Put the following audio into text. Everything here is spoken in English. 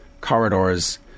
corridors